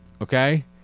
Okay